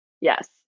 Yes